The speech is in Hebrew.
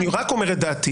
אני רק אומר את דעתי.